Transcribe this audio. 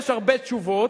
יש הרבה תשובות,